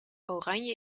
oranje